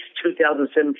2017